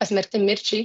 pasmerkti mirčiai